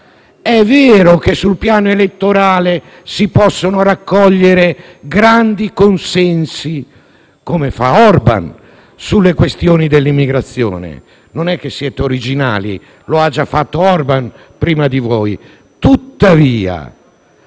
È vero che sul piano elettorale si possono raccogliere grandi consensi sulle questioni dell'immigrazione, come fa Orbán; non è che siete originali, lo ha già fatto Orbán prima di voi.